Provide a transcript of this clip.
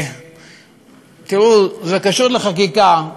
תראו, זה קשור לחקיקה,